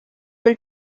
will